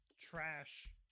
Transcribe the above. trash